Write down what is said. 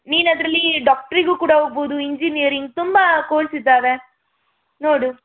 ನೀನು ಅದರಲ್ಲಿ ಡಾಕ್ಟ್ರಿಗೂ ಕೂಡ ಹೋಗ್ಬೋದು ಇಂಜಿನಿಯರಿಂಗ್ ತುಂಬ ಕೋರ್ಸ್ ಇದ್ದಾವೆ ನೋಡು